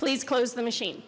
please close the machine